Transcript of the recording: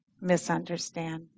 misunderstand